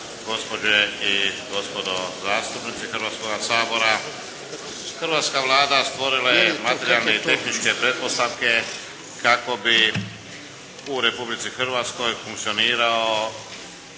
gospođe i gospodo zastupnici Hrvatskoga sabora. Hrvatska Vlada stvorila je materijalne i tehničke pretpostavke kako bi u Republici Hrvatskoj funkcionirao